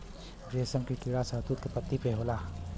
रेशम के कीड़ा शहतूत के पत्ती पे होला